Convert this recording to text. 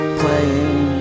playing